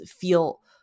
feel